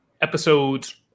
episodes